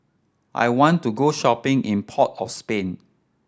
I want to go shopping in Port of Spain